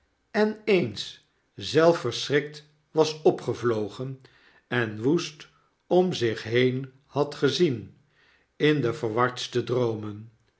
en eens zelfs verschrikt was opgevlogen en woest om zich heen had gezien in de verwardste droomen